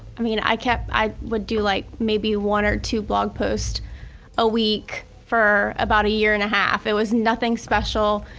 i mean like i would do like maybe one or two blog posts a week for about a year and a half. it was nothing special.